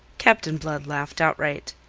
captain blood laughed outright.